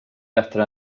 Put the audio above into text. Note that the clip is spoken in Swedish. bättre